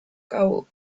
goal